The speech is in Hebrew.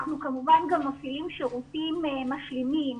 אנחנו כמובן גם מפעילים שירותים משלימים,